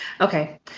Okay